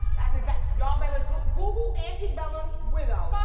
that's exactly, y'all better google, google antebellum widow.